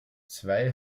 zwei